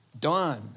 Done